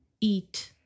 eat